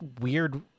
weird